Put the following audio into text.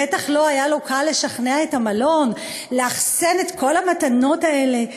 בטח לא היה לו קל לשכנע את המלון לאחסן את כל המתנות האלה.